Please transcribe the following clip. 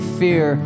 fear